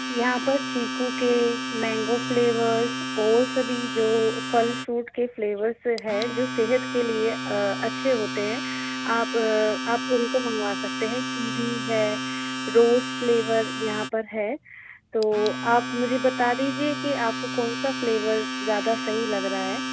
यहाँ पर चीकू के मैंगो फ़्लेवर्स और सभी जो फल फ्रूट्स के फ़्लेवर्स है जो सेहत के लिए अच्छे होते हैं आप आप उनको मंगवा सकते हैं चीज़ी है रोज़ फ़्लेवर यहाँ पर है तो आप मुझे बता दीजिए की आपको कौन सा फ़्लेवर ज़्यादा सही लग रहा है